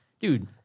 Dude